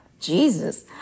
Jesus